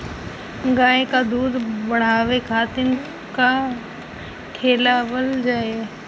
गाय क दूध बढ़ावे खातिन का खेलावल जाय?